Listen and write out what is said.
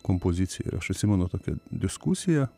kompoziciją aš atsimenu tokią diskusiją